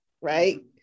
right